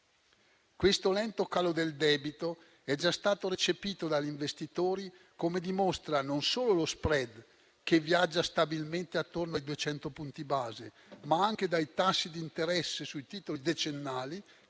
Questo lento calo del debito è già stato recepito dagli investitori, come dimostra non solo lo *spread*, che viaggia stabilmente attorno ai 200 punti base, ma anche i tassi di interesse sui titoli decennali